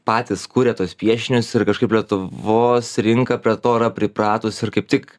patys kuria tuos piešinius ir kažkaip lietuvos rinka prie to yra pripratus ir kaip tik